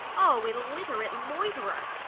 o illiterate loiterer.